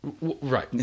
Right